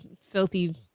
filthy